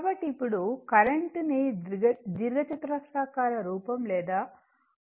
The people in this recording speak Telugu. కాబట్టి ఇప్పుడు కరెంట్ ని దీర్ఘచతురస్రాకారరూపం లేదా పోలార్ రూపంలో వ్యక్తపరుస్తాము